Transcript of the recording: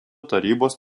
tarybos